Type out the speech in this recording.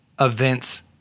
Events